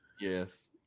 Yes